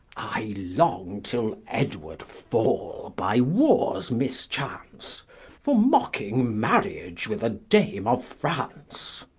i long till edward fall by warres mischance, for mocking marriage with a dame of france.